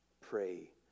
pray